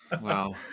wow